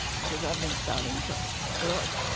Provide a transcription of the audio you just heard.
because i've been starving quite a lot.